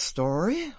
Story